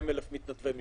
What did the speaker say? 40,000 מתנדבי משטרה.